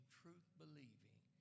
truth-believing